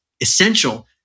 essential